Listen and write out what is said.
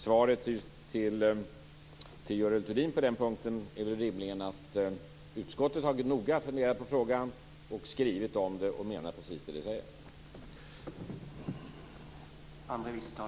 Svaret till Görel Thurdin på den punkten är rimligen att utskottet har funderat noga på frågan, skrivit om den och menar precis vad det säger.